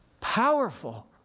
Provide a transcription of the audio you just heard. powerful